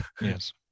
Yes